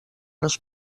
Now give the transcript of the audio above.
les